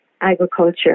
agriculture